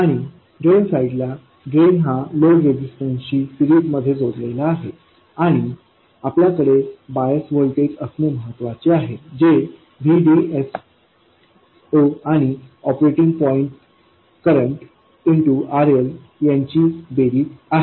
आणि drain side ला drain हा लोड रेजिस्टन्स शी सीरिजमध्ये जोडलेला आहे आणि आपल्याकडे बायस व्होल्टेज असणे आवश्यक आहे जे VDS0आणि ऑपरेटिंग पॉईंट करंट गुणिले RLयांची बेरीज आहे